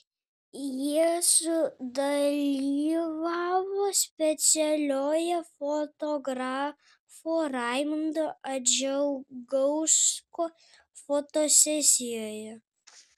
jie sudalyvavo specialioje fotografo raimundo adžgausko fotosesijoje